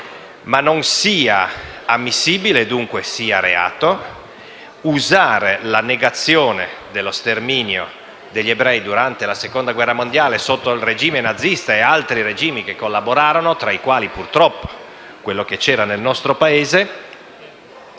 non è ammissibile e dunque è reato usare la negazione dello sterminio degli ebrei durante la Seconda guerra mondiale sotto il regime nazista e altri regimi che collaborarono, tra i quali purtroppo quello che c'era nel nostro Paese,